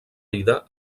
vida